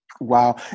Wow